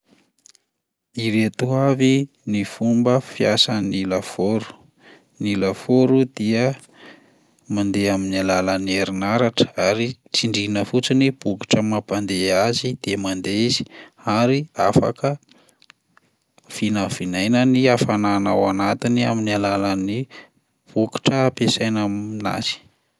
Ireto avy ny fomba fiasan'ny lafaoro: ny lafaoro dia mandeha amin'ny alalan'ny herinaratra ary tsindriana fotsiny ny bokotra mampandeha azy de mandeha izy ary afaka vinavinaina ny hafanana ao anatiny amin'ny alalan'ny bokotra ampiasaina aminazy.